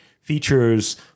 features